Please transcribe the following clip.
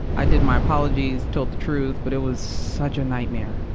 i did my apologies, told the truth. but it was such a nightmare.